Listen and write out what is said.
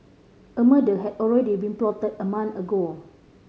a murder had already been plotted a month ago